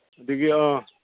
ꯑꯗꯒꯤ ꯑꯥ